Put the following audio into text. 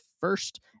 first